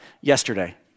Yesterday